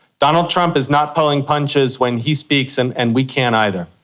donald trump is not pulling punches when he speaks, and and we can't either.